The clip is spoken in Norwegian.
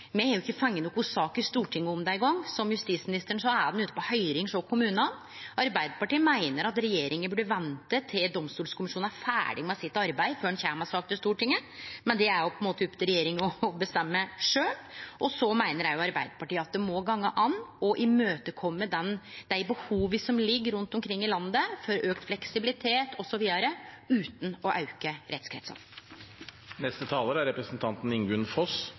har jo ikkje fått noka sak i Stortinget om det eingong. Som justisministeren sa, er det ute på høyring hos kommunane. Arbeidarpartiet meiner at regjeringa burde vente til Domstolkommisjonen er ferdig med arbeidet sitt før ein kjem med sak til Stortinget, men det er opp til regjeringa sjølv å bestemme. Arbeidarpartiet meiner òg at det må gå an å imøtekome dei behova som er rundt omkring i landet for auka fleksibilitet osv., utan å